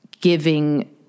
giving